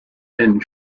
and